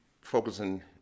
focusing